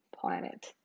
planet